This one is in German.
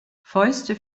fäuste